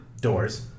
Doors